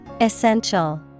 Essential